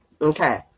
Okay